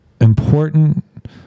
important